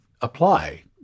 apply